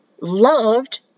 loved